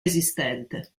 esistente